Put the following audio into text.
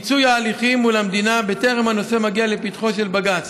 מיצוי ההליכים מול המדינה בטרם הנושא מגיע לפתחו של בג"ץ.